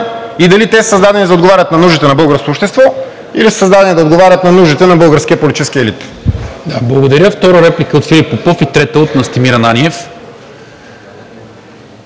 и дали са създадени да отговарят на нуждите на българското общество, или са създадени да отговарят на нуждите на българския политически елит? ПРЕДСЕДАТЕЛ НИКОЛА МИНЧЕВ: Благодаря. Втора реплика от Филип Попов, а трета – от Настимир Ананиев.